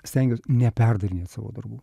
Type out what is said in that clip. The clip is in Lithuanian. stengiuos neperdarinėt savo darbų